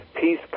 peace